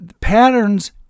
patterns